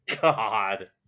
God